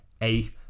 eight